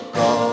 go